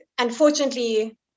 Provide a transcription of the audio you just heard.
Unfortunately